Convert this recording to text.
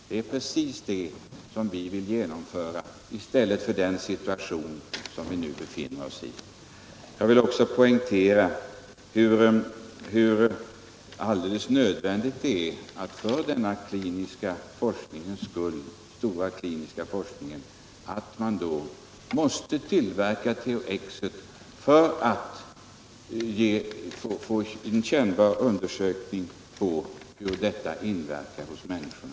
Det är precis det vi vill genomföra — i stället för att ha den situation vi nu befinner oss ik Jag vill också poängtera att det för denna stora kliniska forsknings skull är helt nödvändigt att tillverka THX, så att man kan göra en meningsfull undersökning av hur det inverkar på människorna.